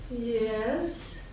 Yes